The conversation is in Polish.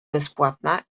bezpłatna